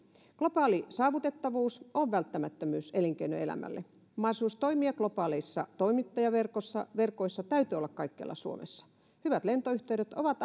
globaali saavutettavuus on välttämättömyys elinkeinoelämälle mahdollisuus toimia globaaleissa toimittajaverkoissa täytyy olla kaikkialla suomessa hyvät lentoyhteydet ovat